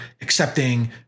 accepting